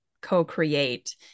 co-create